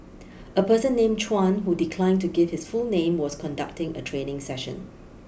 a person named Chuan who declined to give his full name was conducting a training session